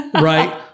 right